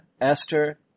Esther